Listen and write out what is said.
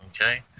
Okay